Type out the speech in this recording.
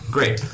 Great